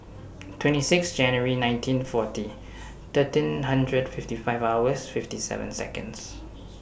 twenty six January nineteen forty thirteen hundred fifty five hours fifty seven Seconds